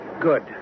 Good